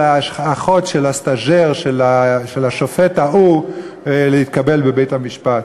האחות של הסטאז'ר של השופט ההוא להתקבל בבית-המשפט,